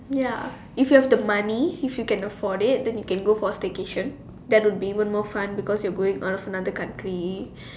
ya if you have the money if you can afford it you can go for staycation that will be even more fun because you're going out of another country